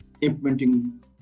implementing